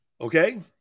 Okay